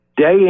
day